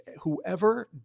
whoever